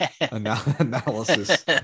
analysis